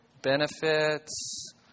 Benefits